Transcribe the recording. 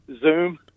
Zoom